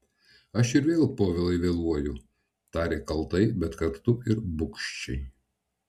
aš ir vėl povilai vėluoju tarė kaltai bet kartu ir bugščiai